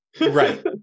Right